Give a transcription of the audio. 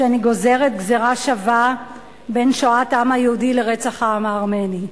שאני גוזרת גזירה שווה בין שואת העם היהודי לרצח העם הארמני.